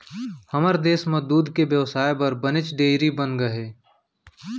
हमर देस म दूद के बेवसाय बर बनेच डेयरी बनगे हे